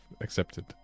accepted